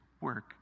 work